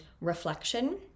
reflection